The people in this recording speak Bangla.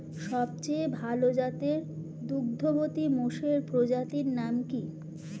সবচেয়ে ভাল জাতের দুগ্ধবতী মোষের প্রজাতির নাম কি?